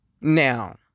Now